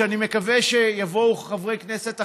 ואני מקווה שיבואו חברי כנסת אחרינו,